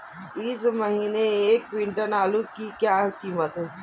इस महीने एक क्विंटल आलू की क्या कीमत है?